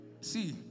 see